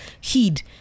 heed